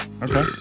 Okay